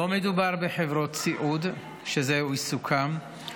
לא מדובר בחברות סיעוד שזהו עיסוקן,